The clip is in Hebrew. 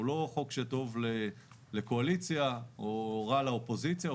הוא לא חוק שטוב לקואליציה או רע לאופוזיציה,